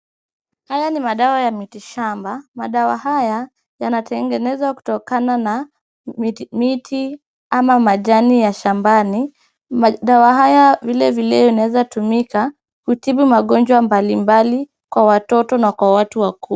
Haya ni madawa ya miti shamba. Madawa haya yanatengenezwa kutokana na miti ama majani ya shambani. Madawa haya vilevile unaweza tumika kutibu magonjwa mbalimbali kwa watoto na kwa watu wakubwa.